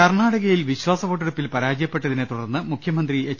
കർണ്ണാടകയിൽ വിശ്വാസവോട്ടെടുപ്പിൽ പരാജയപ്പെട്ടതിനെ തുടർന്ന് മുഖ്യമന്ത്രി എച്ച്